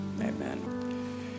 amen